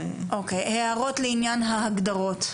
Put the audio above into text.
הערות לעניין ההגדרות.